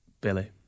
Billy